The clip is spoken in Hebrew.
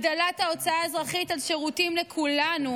הגדלת ההוצאה האזרחית על שירותים לכולנו